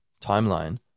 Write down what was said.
timeline